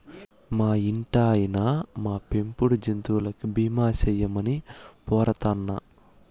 మా ఇంటాయినా, మా పెంపుడు జంతువులకి బీమా సేయమని పోరతన్నా